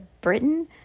Britain